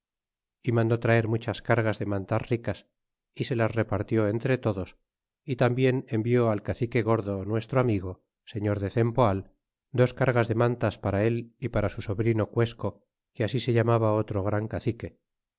y mandó traer muchas cargas de mantas ricas é se las repartió entre todos é tambien envió al cacique gordo nuestro amigo señor de cempoal dos cargas de mantas para él y para su sobrino cuesco que así se llamaba otro gran cacique